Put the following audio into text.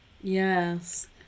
Yes